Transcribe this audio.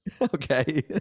Okay